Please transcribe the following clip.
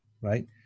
right